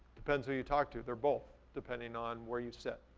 depends who you talk to, they're both, depending on where you sit.